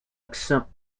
accept